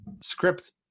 script